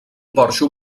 porxo